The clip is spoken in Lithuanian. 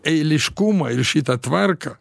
eiliškumą ir šitą tvarką